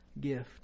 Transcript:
gift